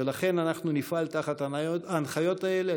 לכן אנחנו נפעל על פי ההנחיות האלה.